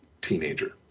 teenager